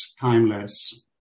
timeless